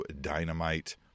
Dynamite